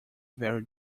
very